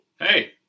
Hey